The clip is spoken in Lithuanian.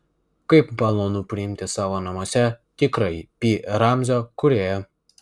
kaip malonu priimti savo namuose tikrąjį pi ramzio kūrėją